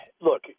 look